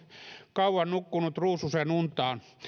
kauan nukkunut ruususenuntaan